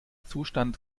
zustand